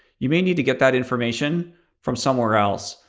you may need to get that information from somewhere else.